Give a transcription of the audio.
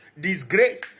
disgrace